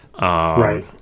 right